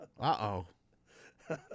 Uh-oh